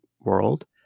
World